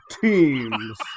teams